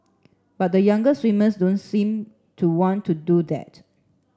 but the younger swimmers don't seem to want to do that